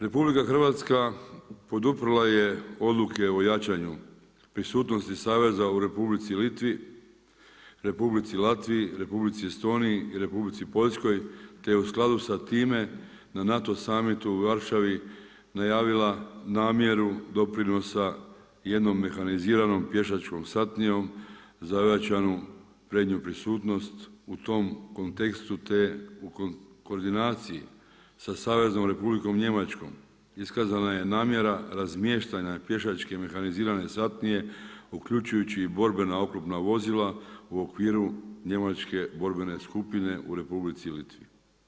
RH poduprla je odluke o jačanju prisutnosti saveza u Republici Litvi, Republici Latviji, Republici Estoniji i Republici Poljskoj te u skladu sa time na NATO summitu u Varšavi najavila namjeru doprinosa jednom mehaniziranom pješačkom satnijom za ojačanu prednju prisutnost u tom kontekstu te koordinacije sa Saveznom Republikom Njemačkom iskazana je namjera razmještanja pješačke mehanizirane satnije uključujući i borbena oklopna vozila u okviru njemačke borbene skupine u Republici Litvi.